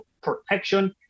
protection